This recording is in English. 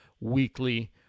Weekly